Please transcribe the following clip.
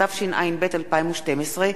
התשע"ב 2012,